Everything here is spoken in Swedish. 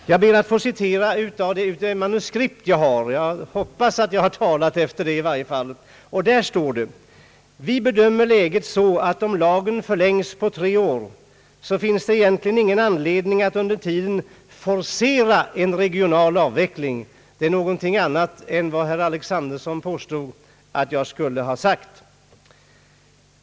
Jag ber att få citera ur det manuskript jag har — jag hoppas att jag talade efter det — och där står: » Vi bedömer läget så, att om lagen förlängs på tre år, finns det egentligen ingen anledning att under tiden forcera en regional avveckling.» Det är någonting annat än vad herr Alexanderson påstod att jag skulle ha sagt.